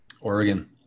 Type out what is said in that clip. Oregon